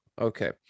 Okay